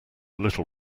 little